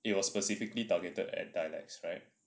it was specifically targeted at dialects right